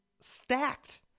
stacked